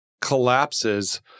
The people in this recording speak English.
collapses